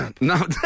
No